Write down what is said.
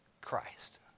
Christ